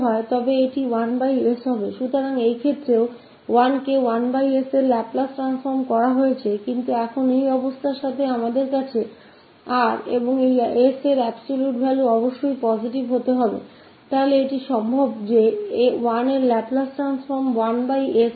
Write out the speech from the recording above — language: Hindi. तो इस जगह भी हमारे पास 1 का लाप्लास ट्रांसफार्म 1s होगा लेकिन हमारे पास यह स्थति है हमारे पास R है s की रियल वैल्यू पॉजिटिव होनी चाहिए तभी यह संभव है की 1 का लाप्लास ट्रांसफॉर्म 1s होग